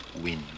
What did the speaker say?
win